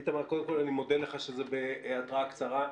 איתמר, קודם כל, אני מודה לך שזה בהתראה קצרה.